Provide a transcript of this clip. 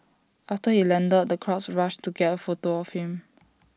after he landed the crowds rushed to get A photo of him